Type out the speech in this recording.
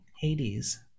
Hades